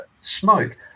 smoke